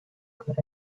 good